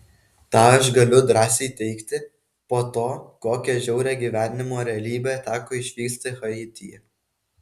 tą aš galiu drąsiai teigti po to kokią žiaurią gyvenimo realybę teko išvysti haityje